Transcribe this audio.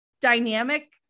dynamic